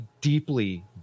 deeply